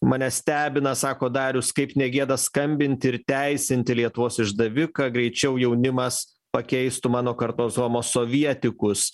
mane stebina sako darius kaip negėda skambinti ir teisinti lietuos išdaviką greičiau jaunimas pakeistų mano kartos homo sovietikus